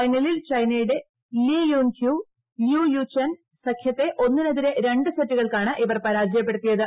ഫൈനലിൽ ചൈനയുടെ Li Junhui Liu Yuchen സഖ്യത്തെ ഒന്നിനെതിരെ രണ്ടു സെറ്റുകൾക്കാണ് ഇവർ പരാജയപ്പെടുത്തിയത്